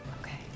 Okay